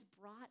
brought